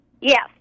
Yes